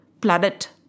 planet